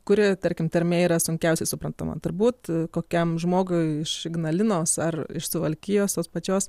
kuri tarkim tarmė yra sunkiausiai suprantama turbūt kokiam žmogui iš ignalinos ar iš suvalkijos tos pačios